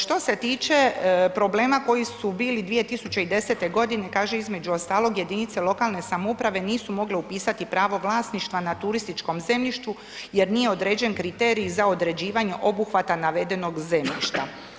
Što se tiče problema koji su bili 2010.g. kaže između ostalog, jedinice lokalne samouprave nisu mogle upisati pravo vlasništva na turističkom zemljištu jer nije određen kriterij za određivanje obuhvata navedenog zemljišta.